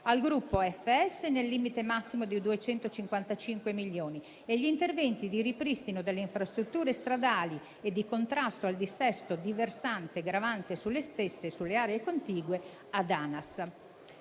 al gruppo FS, nel limite massimo di 255 milioni, e gli interventi di ripristino delle infrastrutture stradali e di contrasto al dissesto di versante gravante sulle stesse e sulle aree contigue ad ANAS.